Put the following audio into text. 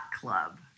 Club